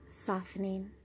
softening